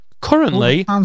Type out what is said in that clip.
Currently